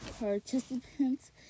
Participants